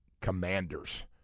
Commanders